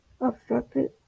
obstructed